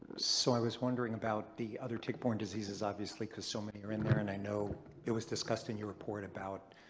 so i was wondering about the other tick-borne diseases, obviously, because so many are in there and i know it was discussed in your report about